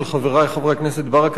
חברי הכנסת ברכה וגילאון,